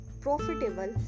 profitable